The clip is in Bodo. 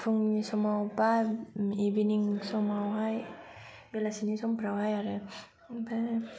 फुंनि समाव बा इभिनिं समावहाय बेलासिनि समफोराव हाय आरो आमफ्राय